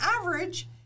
average